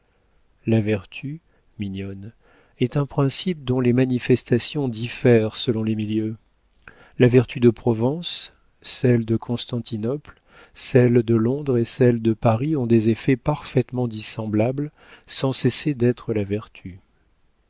la vertu mignonne est un principe dont les manifestations diffèrent selon les milieux la vertu de provence celle de constantinople celle de londres et celle de paris ont des effets parfaitement dissemblables sans cesser d'être la vertu